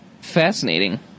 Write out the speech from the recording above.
Fascinating